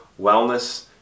wellness